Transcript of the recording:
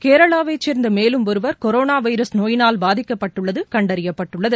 கேரளாவை சேர்ந்த மேலும் ஒருவர் கொரோனா வைரஸ் நோயினால் பாதிக்கப்பட்டுள்ளது கண்டறியப்பட்டுள்ளது